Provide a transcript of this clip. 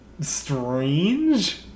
strange